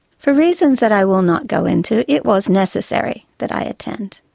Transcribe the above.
for reasons that i will not go into, it was necessary that i attend.